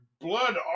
blood